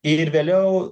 ir vėliau